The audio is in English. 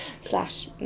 Slash